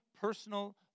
personal